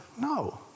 No